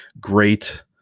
great